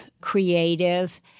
creative